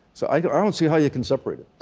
so i don't see how you can separate it